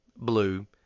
blue